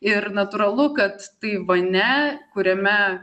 ir natūralu kad taivane kuriame